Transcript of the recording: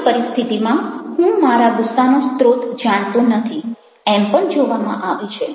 ઘણી પરિસ્થિતિમાં હું મારા ગુસ્સાનો સ્ત્રોત જાણતો નથી એમ પણ જોવામાં આવે છે